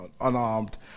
unarmed